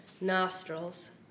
nostrils